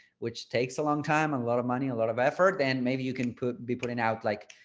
which takes a long time, and a lot of money, a lot of effort and maybe you can put be putting out like,